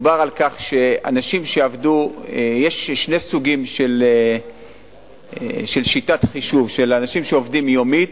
יש שני סוגים של שיטת חישוב: אנשים שעובדים יומית,